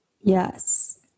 Yes